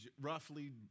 roughly